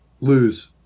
Lose